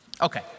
Okay